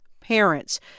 parents